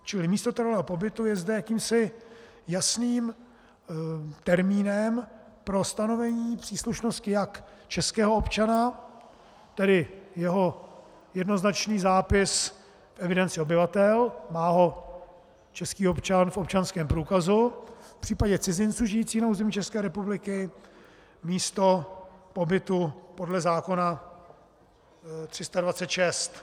Čili místo trvalého pobytu je zde jakýmsi jasným termínem pro stanovení příslušnosti jak českého občana, tedy jeho jednoznačný zápis v evidenci obyvatel, má ho český občan v občanském průkazu, v případě cizinců žijících na území České republiky místo pobytu podle zákona 326.